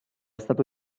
stato